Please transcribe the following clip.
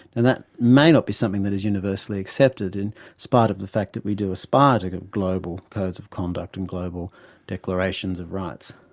and that may not be something that is universally accepted in spite of the fact that we do aspire to global codes of conduct and global declarations of rights.